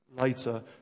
later